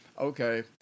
okay